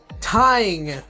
tying